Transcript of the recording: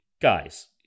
Guys